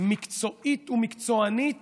מקצועית ומקצוענית